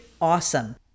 awesome